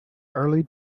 early